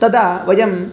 तदा वयं